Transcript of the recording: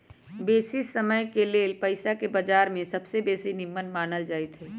बेशी समयके लेल पइसाके बजार में सबसे बेशी निम्मन मानल जाइत हइ